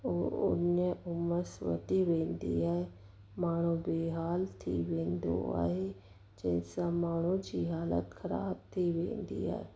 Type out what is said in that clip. उहो उञ उमसि वधी वेंदी आहे माण्हू बेहाल थी वेंदो आहे जंहिंसां माण्हू जी हालति ख़राबु थी वेंदी आहे